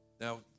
Now